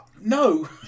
No